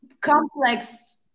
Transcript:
complex